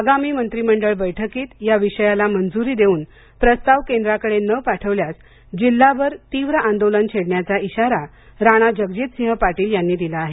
आगामी मंत्रिमंडळ बैठकीत या विषयाला मंजूरी देवून प्रस्ताव केंद्राकडे न पाठवल्यास जिल्हाभर तीव्र आंदोलन छेडण्याचा इशारा राणा जगजितसिंह पाटील यांनी दिला आहे